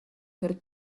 per